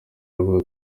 aravuga